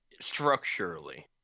structurally